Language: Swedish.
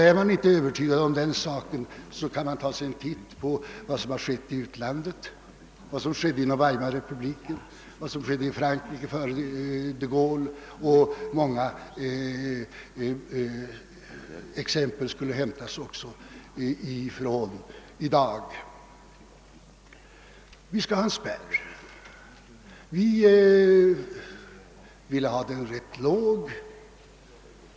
Är man inte övertygad om den saken, kan man ta sig en titt på vad som har skett i utlandet, t.ex. i Weimarrepubliken och i Frankrike före de Gaulle. Många exempel skulle kunna hämtas också från i dag. Vi skall alltså ha en spärr. Vi i centern ville ha den rätt låg.